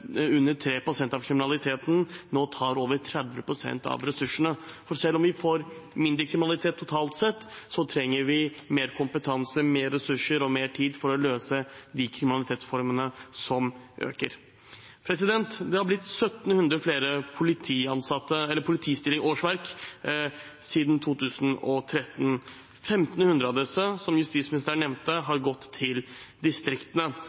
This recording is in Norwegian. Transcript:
under 3 pst. av kriminaliteten nå tar over 30 pst. av ressursene. For selv om vi får mindre kriminalitet totalt sett, trenger vi mer kompetanse, større ressurser og mer tid for å løse de kriminalitetsformene som øker i omfang. Det har blitt 1 700 flere politiårsverk siden 2013. 1 500 av disse har, som justisministeren nevnte, gått til distriktene.